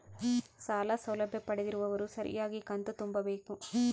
ಸಾಲ ಸೌಲಭ್ಯ ಪಡೆದಿರುವವರು ಸರಿಯಾಗಿ ಕಂತು ತುಂಬಬೇಕು?